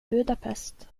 budapest